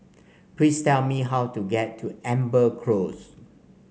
please tell me how to get to Amber Close